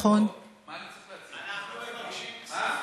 מה אני צריך להציע?